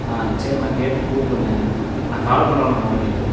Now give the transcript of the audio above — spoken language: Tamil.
சரிணா கேட்டு கூப்பிடுங்க நான் கால் பண்ணுறேண்ணா மறுபடியும்